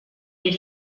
del